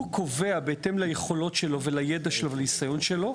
הוא קובע בהתאם ליכולות שלו ולידע שלו ולניסיון שלו,